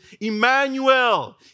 Emmanuel